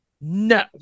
No